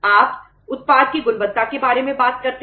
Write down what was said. आप उत्पाद की गुणवत्ता के बारे में बात करते हैं